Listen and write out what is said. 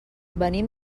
venim